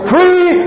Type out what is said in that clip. Free